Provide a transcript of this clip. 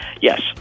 Yes